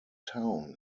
town